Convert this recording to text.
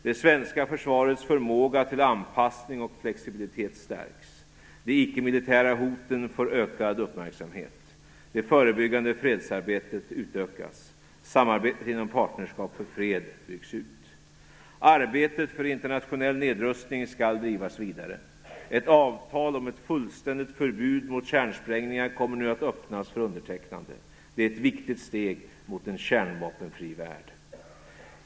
Det svenska försvarets förmåga till anpassning och flexibilitet stärks. De icke-militära hoten får ökad uppmärksamhet. Det förebyggande fredsarbetet utökas. Samarbetet inom Partnerskap för fred byggs ut. Arbetet för internationell nedrustning skall drivas vidare. Ett avtal om ett fullständigt förbud mot kärnsprängningar kommer nu att öppnas för undertecknande. Det är ett viktigt steg mot en kärnvapenfri värld.